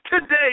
Today